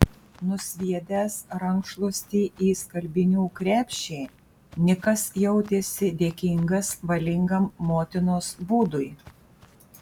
nusviedęs rankšluostį į skalbinių krepšį nikas jautėsi dėkingas valingam motinos būdui